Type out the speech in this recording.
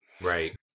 Right